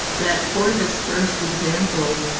that for this first example,